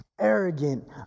arrogant